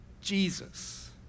Jesus